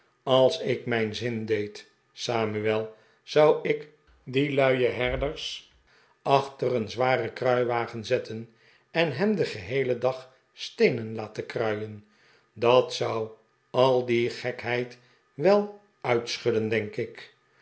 als ik mijn zin deed samuel zou ik die luie herders achter een zwaren kruiwagen zetten en hen den geheelen dag steenen laten kruien dat zou al die gekheid er wel uitschudden denk ik